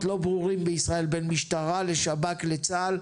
לא ברורים בישראל בין משטרה לשב"כ לצה"ל,